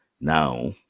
Now